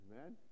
Amen